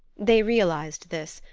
they realized this,